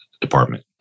department